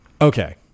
Okay